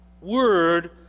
word